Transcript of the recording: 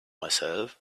myself